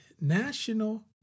national